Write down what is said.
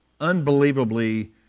unbelievably